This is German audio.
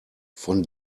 von